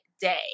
day